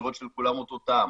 לראות שלכולם אותו טעם.